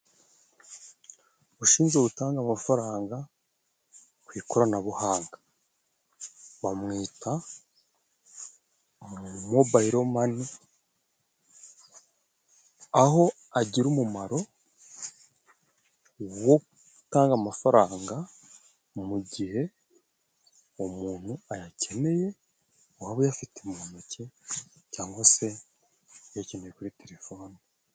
Ushinzwe gutanga amafaranga ku ikoranabuhanga bamwita umu mobilomani, aho agira umumaro wo gutanga amafaranga mu gihe umuntu ayakeneye, waba uyafite mu ntoke cyangwa se uyakineye kuri telefoni.